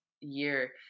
year